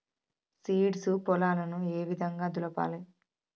Seeds పొలాలను ఏ విధంగా దులపాలి?